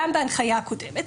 גם בהנחיה הקודמת,